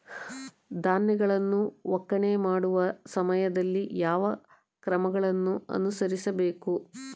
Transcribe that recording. ಧಾನ್ಯಗಳನ್ನು ಒಕ್ಕಣೆ ಮಾಡುವ ಸಮಯದಲ್ಲಿ ಯಾವ ಕ್ರಮಗಳನ್ನು ಅನುಸರಿಸಬೇಕು?